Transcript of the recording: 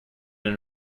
into